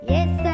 Yes